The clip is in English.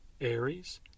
Aries